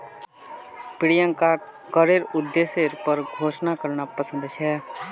प्रियंकाक करेर उद्देश्येर पर शोध करना पसंद छेक